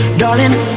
darling